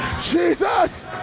Jesus